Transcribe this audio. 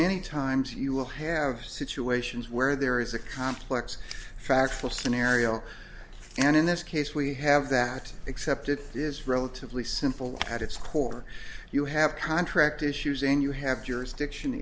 many times you will have situations where there is a complex factual scenario and in this case we have that except it is relatively simple at its core you have contract issues and you have jurisdiction